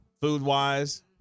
Food-wise